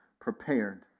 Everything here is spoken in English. prepared